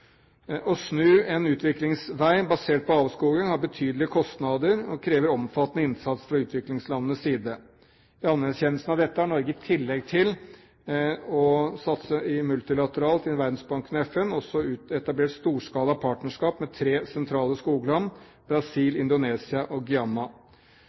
Å snu en utviklingsvei basert på avskoging har betydelige kostnader og krever omfattende innsats fra utviklingslandenes side. I anerkjennelsen av dette har Norge i tillegg til å satse multilateralt innen Verdensbanken og FN også etablert storskala partnerskap med tre sentrale skogland